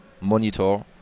monitor